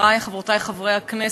חברי וחברותי חברי הכנסת,